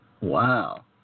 Wow